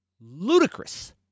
ludicrous